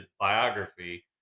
biography